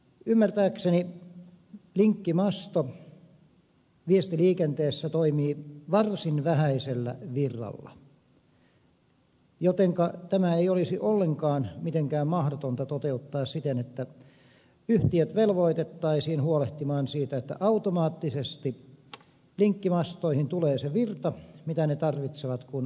ymmärtääkseni linkkimasto viestiliikenteessä toimii varsin vähäisellä virralla jotenka tämä ei olisi ollenkaan mitenkään mahdotonta toteuttaa siten että yhtiöt velvoitettaisiin huolehtimaan siitä että automaattisesti linkkimastoihin tulee se virta mitä ne tarvitsevat kun virta tyhjentyy